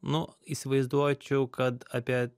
nu įsivaizduočiau kad apie